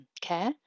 care